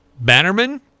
Bannerman